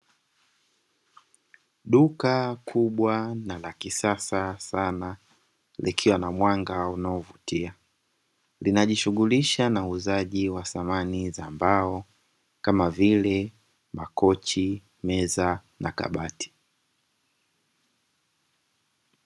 Duka kubwa na la kisasa sana likiwa na mwanga unaovutia, linajishughulisha na uuzaji wa samani za mbao kama vile makochi, meza na kabati.